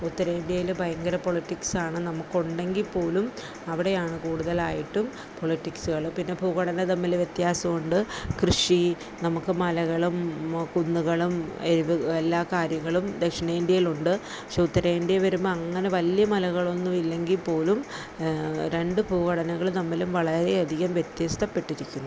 ഉത്തരേന്ത്യേലെ ഭയങ്കര പൊളിറ്റിക്സാണ് നമുക്ക് ഉണ്ടെങ്കിൽ പോലും അവിടെയാണ് കൂടുതലായിട്ടും പൊളിറ്റിക്സുകളും പിന്നെ ഭൂഘടന തമ്മിൽ വ്യത്യാസം ഉണ്ട് കൃഷി നമുക്ക് മലകളും കുന്നുകളും എവ് എല്ലാ കാര്യങ്ങളും ദക്ഷിണേന്ത്യേലുണ്ട് പക്ഷേ ഉത്തരേന്ത്യ വരുമ്പോൾ അങ്ങനെ വലിയ മലകളൊന്നും ഇല്ലെങ്കിൽ പോലും രണ്ട് ഭൂഘടനകൾ തമ്മിലും വളരെ അധികം വ്യത്യസ്തപ്പെട്ടിരിക്കുന്നു